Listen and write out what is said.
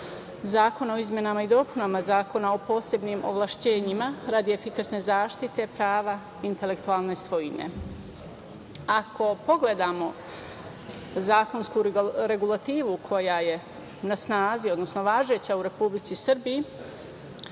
zakona o izmenama i dopunama Zakona o posebnim ovlašćenjima radi efikasne zaštite prava intelektualne svojine. Ako pogledamo zakonsku regulativu koja je na snazi, odnosno važeća u Republikci Srbiji,